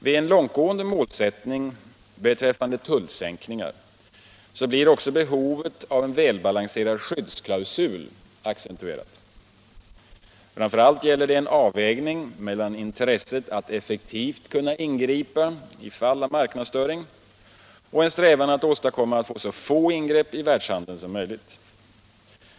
Vid en långtgående målsättning beträffande tullsänkningar blir också behovet av en välbalanserad skyddsklausul accentuerat. Framför allt gäller det en avvägning mellan intresset att effektivt kunna ingripa i fall av marknadsstörning och en strävan att åstadkomma så få ingrepp i världshandeln som möjligt.